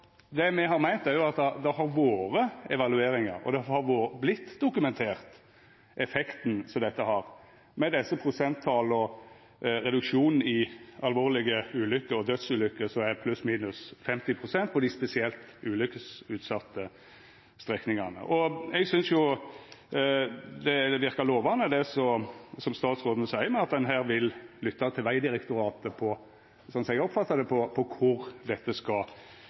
Det me har meint, er jo at det har vore evalueringar, og at effekten dette har, har vorte dokumentert med prosenttala på reduksjonen i alvorlege ulykker og dødsulykker som er pluss/minus 50 pst. på dei spesielt ulykkesutsette strekningane. Eg synest det verkar lovande at statsråden seier, slik eg oppfattar det, at ein her vil lytta til Vegdirektoratet når det gjeld kor dette skal